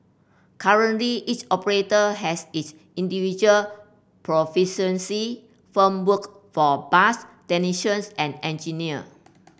currently each operator has its individual proficiency framework for bus technicians and engineer